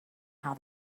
how